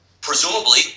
presumably